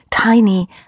Tiny